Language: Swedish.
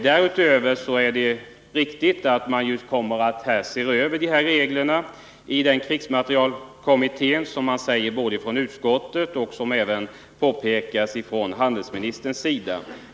Det är riktigt att dessa regler kommer att ses över av krigsmaterielkommittén, vilket påpekas både från utskottets och handelsministerns sida.